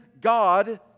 God